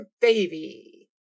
baby